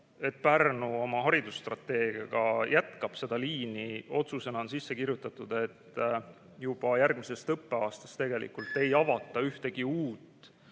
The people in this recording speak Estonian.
et Pärnu oma haridusstrateegiaga jätkab seda liini. Otsusesse on sisse kirjutatud, et juba järgmisest õppeaastast ei avata ühtegi uut